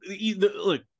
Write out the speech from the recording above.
look